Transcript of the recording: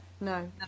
No